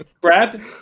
Brad